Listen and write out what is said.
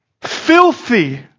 filthy